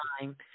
time